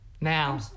now